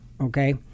okay